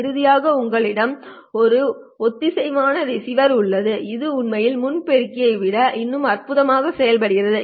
இறுதியாக உங்களிடம் ஒரு ஒத்திசைவான ரிசீவர் உள்ளது இது உண்மையில் முன் பெருக்கியை விட இன்னும் அற்புதமாக செயல்படுகிறது